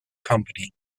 company